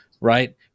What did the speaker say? right